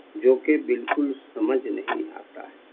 جو کہ بالکل سمجھ نہیں آتا ہے